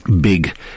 big